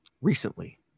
recently